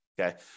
okay